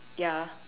ya